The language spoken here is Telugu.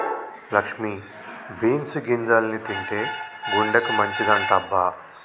లక్ష్మి బీన్స్ గింజల్ని తింటే గుండెకి మంచిదంటబ్బ